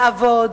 לעבוד,